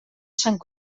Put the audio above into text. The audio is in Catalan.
sant